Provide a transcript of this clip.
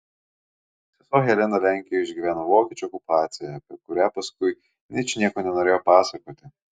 sesuo helena lenkijoje išgyveno vokiečių okupaciją apie kurią paskui ničnieko nenorėjo pasakoti